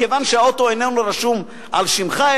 כיוון שהאוטו איננו רשום על שמך,